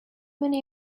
many